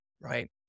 Right